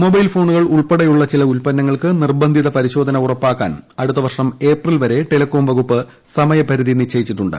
മൊബൈൽഫോണുകൾ ഉൾപ്പെടെയുള്ളചില ഉൽപ്പന്നങ്ങൾക്ക് നിർബന്ധിത പരിശോധന ഉർപ്പാക്കാൻ അടുത്തവർഷം ഏപ്രിൽ വരെ ടെലികോം വകുപ്പ് സമയപരിധി നിശ്ചയിച്ചിട്ടുണ്ട്